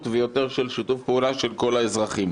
ויותר של שיתוף פעולה של כל האזרחים.